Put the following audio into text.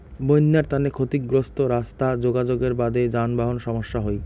বইন্যার তানে ক্ষতিগ্রস্ত রাস্তা যোগাযোগের বাদে যানবাহন সমস্যা হই